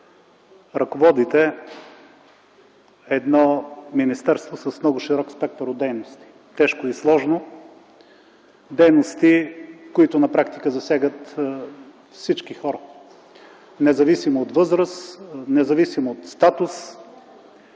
ръководите едно министерство с много широк спектър на дейност – тежко и сложно, дейности, които на практика засягат всички хора, независимо от възраст, статус,